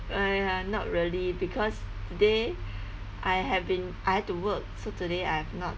!aiya! not really because today I have been I had to work so today I have not